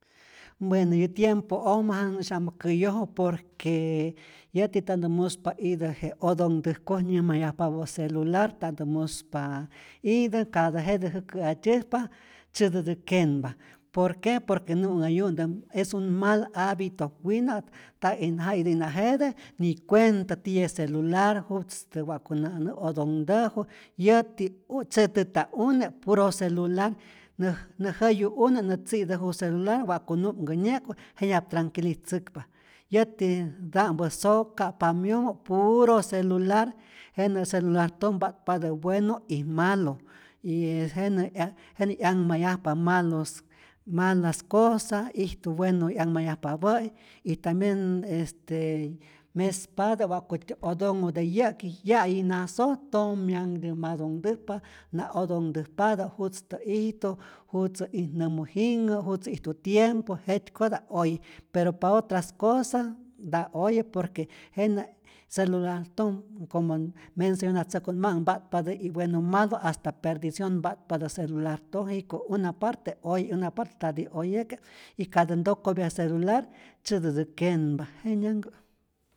Bueno yä tiempo'ojmä janu'sya'mä käyoju por que yäti ta'ntä muspa itä je otontäjkoj nyäjmayajpapä celular, ntantä muspa itä, katä jete jäkä'atyäjpa tzyätätä kenpa, por que por que nu'nhäyu'ntä, es un mal habito, wina' ta'ij ja'itä'ijna jete ni cuenta tiye' celular, jutztä na nä wa'ku nä otonhtäju, yäti u' tzyätäta' une puro celular, nä jäyu une nä tzi'täju celular wa'ku nu'mkänye'ku jenyap tranquilitzäkpa, yätita'mpä soka', pamyomo' puro celular, jenä' celulartojmä mpa'tpatä bueno y malo, y e jenä 'yanhmayajpa malos malas cosas, ijtu bueno 'yanhmayajpapä'i y tambien este mespatä wa'kutyä otonhu de yäki ya'yi nasoj tom'myanke matonhtäjpa, na otonhtäjpatä jutztä ijtu, jutzä itnämu jinhä, jutzä ijtu tiempo, jetykoya' oye, pero pa otras cosas nta oye, por que jenä' celulartoj como mencionatzäjku't ma'äk, mpatpatä y bueno mado, hasta perdicion mpa'tpatä celulartoj, jiko' una parte oye, una parte ntäti oyeke', y katä ntokopya celular tzyätätä kenpa, jenyanhkä'.